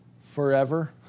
forever